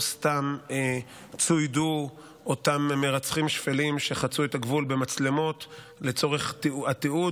לא סתם צוידו אותם מרצחים שפלים שחצו את הגבול במצלמות לצורך התיעוד.